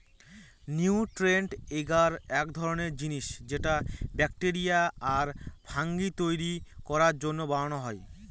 nutrient agar এক ধরনের জিনিস যেটা ব্যাকটেরিয়া আর ফাঙ্গি তৈরী করার জন্য বানানো হয়